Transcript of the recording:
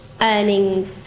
earning